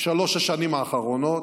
בשלוש השנים האחרונות